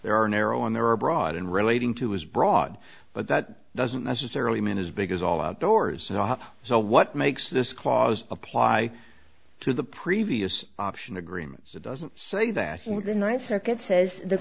there are narrow and there are broad and relating to his broad but that doesn't necessarily mean as big as all outdoors so what makes this clause apply to the previous option agreements it doesn't say that what the ninth circuit says the